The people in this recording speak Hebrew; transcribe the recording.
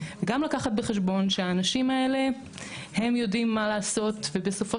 גם לקחת בחשבון שהאנשים האלה יודעים מה לעשות ובסופו